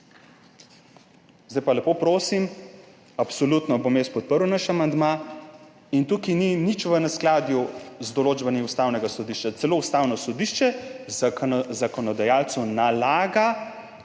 Zdaj pa lepo prosim, absolutno bom jaz podprl naš amandma in tukaj ni nič v neskladju z določbami Ustavnega sodišča. Celo Ustavno sodišče zakonodajalcu nalaga,